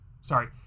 sorry